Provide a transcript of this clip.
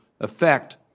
affect